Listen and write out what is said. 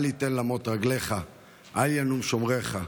אל יתן למוט רגלך אל ינום שמרך.